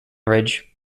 ridge